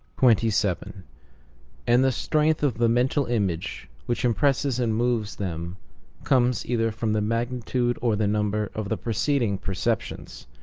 twenty seven and the strength of the mental image which im presses and moves them comes either from the magnitude or the number of the preceding perceptions.